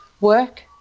work